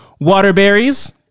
Waterberries